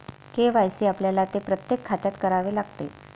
KYC आपल्याला ते प्रत्येक खात्यात करावे लागते